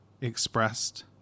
Expressed